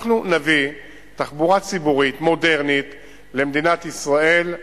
אנחנו נביא תחבורה ציבורית מודרנית למדינת ישראל.